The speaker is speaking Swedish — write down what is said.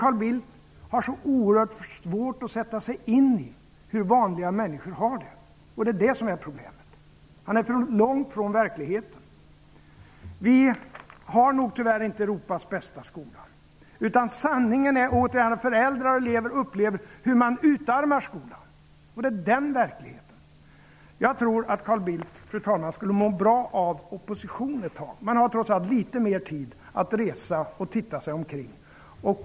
Carl Bildt har så oerhört svårt att sätta sig in i hur vanliga människor har det. Det är det som är problemet. Han är för långt från verkligheten. Vi har nog tyvärr inte Europas bästa skola. Sanningen är återigen att föräldrar och elever upplever hur man utarmar skolan. Det är verkligheten. Fru talman! Jag tror att Carl Bildt skulle må bra av opposition ett tag. Man har trots allt litet mer tid att resa och titta sig omkring.